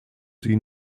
sie